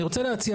אני רוצה להציע,